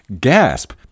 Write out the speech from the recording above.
gasp